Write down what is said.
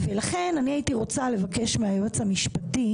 לכן אני הייתי רוצה לבקש מהיועץ המשפטי